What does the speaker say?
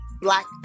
black